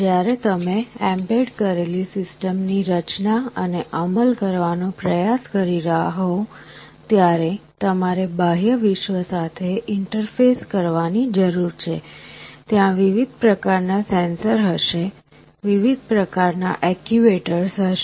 જ્યારે તમે એમ્બેડ કરેલી સિસ્ટમની રચના અને અમલ કરવાનો પ્રયાસ કરી રહ્યા હો ત્યારે તમારે બાહ્ય વિશ્વ સાથે ઇન્ટરફેસ કરવાની જરૂર છે ત્યાં વિવિધ પ્રકારના સેન્સર હશે વિવિધ પ્રકારના એક્ચ્યુએટર્સ હશે